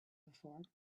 before